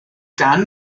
gan